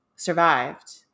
survived